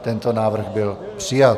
Tento návrh byl přijat.